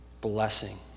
blessing